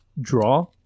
draw